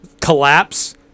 collapse